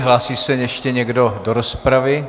Hlásí se ještě někdo do rozpravy?